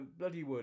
Bloodywood